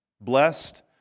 Blessed